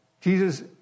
Jesus